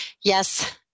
Yes